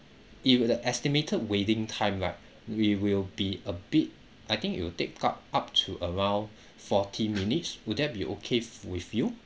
if the estimated waiting time that we will be a bit I think it will take up up to around forty minutes would that be okay with you